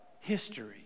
history